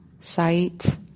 sight